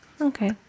Okay